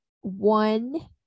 one